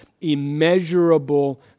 immeasurable